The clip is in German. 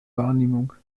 wahrnehmung